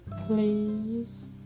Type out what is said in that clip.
please